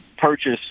purchase